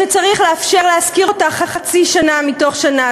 שצריך לאפשר להשכיר אותה חצי שנה מתוך שנה.